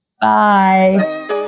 Bye